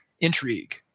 intrigue